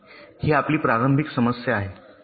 ही आपली प्रारंभिक समस्या आहे